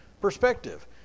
perspective